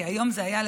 כי היום זה היה,